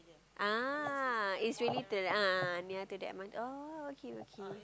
ah it's really to the ah ah ah near to the M_R_T oh okay okay